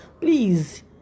please